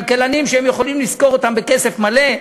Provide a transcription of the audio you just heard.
כלכלנים שהן יכולות לשכור בכסף מלא.